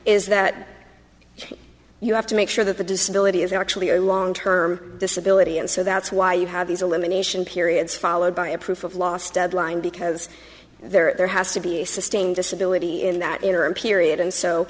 is that you have to make sure that the disability is actually a long term disability and so that's why you have these elimination periods followed by a proof of last deadline because there has to be a sustained disability in that interim period and so